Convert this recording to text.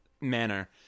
manner